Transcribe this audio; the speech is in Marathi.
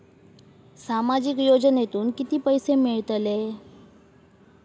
सामाजिक योजनेतून किती पैसे मिळतले?